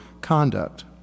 conduct